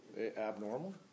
Abnormal